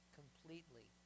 completely